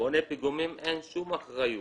לבונה הפיגומים אין שום אחריות.